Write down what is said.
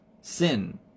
sin